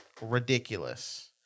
ridiculous